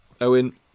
Owen